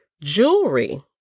Jewelry